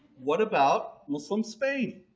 what about muslim spain?